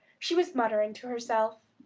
she was muttering to herself.